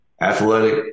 athletic